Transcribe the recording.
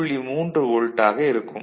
3 வோல்ட்டாக இருக்கும்